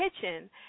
Kitchen